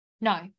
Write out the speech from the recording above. no